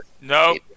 No